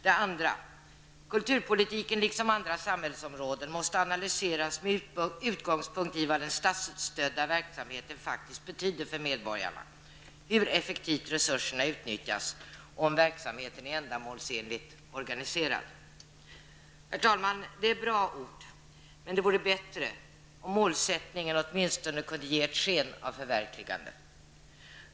Det andra citatet lyder: ''Kulturpolitiken liksom andra samhällsområden måste analyseras med utgångspunkt i vad den statsstödda verksamheten faktiskt betyder för medborgarna och hur effektivt resurserna utnyttjas om verksamheten är ändamålsenligt organiserad.'' Herr talman! Det är bra ord, men det vore ännu bättre om målsättningen åtminstone kunde ge ett sken av förverkligande.